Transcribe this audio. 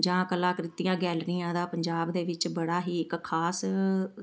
ਜਾਂ ਕਲਾਕ੍ਰਿਤੀਆਂ ਗੈਲਰੀਆਂ ਦਾ ਪੰਜਾਬ ਦੇ ਵਿੱਚ ਬੜਾ ਹੀ ਇੱਕ ਖ਼ਾਸ